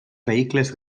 vehicles